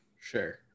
sure